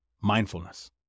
Mindfulness